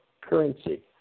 currency